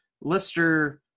Lister